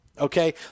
Okay